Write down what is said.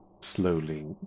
slowly